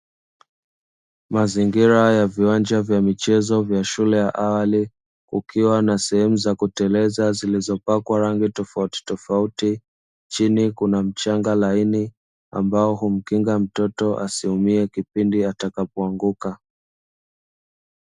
Mazingira ya viwanja vya michezo vya shule ya awali, kukiwa na sehemu za kuteleza zilizopakwa rangi tofautitofauti, chini kuna mchanga laini ambapo kila mtoto asiumie, pindi atakapo anguka.